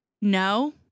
no